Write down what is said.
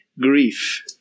grief